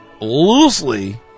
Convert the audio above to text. loosely